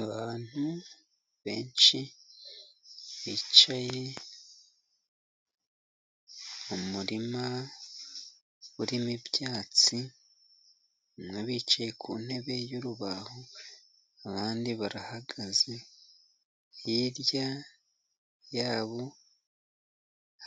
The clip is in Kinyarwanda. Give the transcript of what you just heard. Abantu benshi bicaye mu murima urimo ibyatsi. Harimo abicaye ku ntebe y'urubaho, abandi barahagaze, hirya yabo